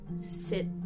sit